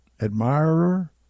admirer